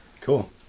Cool